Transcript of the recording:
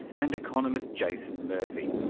and economist jason murphy.